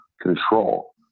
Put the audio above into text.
control